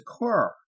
occur